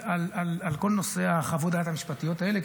על כל נושא חוות הדעת המשפטיות האלה,